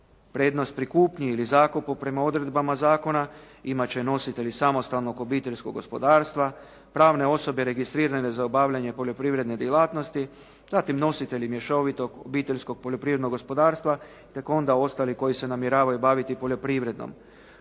Prednost pri kupnji ili zakonu prema odredbama zakona imate će nositelji samostalnog obiteljskog gospodarstva, pravne osobe registrirane za obavljanje poljoprivredne djelatnosti, zatim nositelji mješovitog obiteljskog gospodarstva tek onda ostali koji se namjeravaju baviti poljoprivredom.